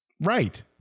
right